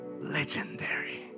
legendary